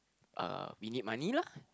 uh we need money lah